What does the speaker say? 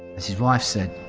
as his wife said,